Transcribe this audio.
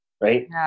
right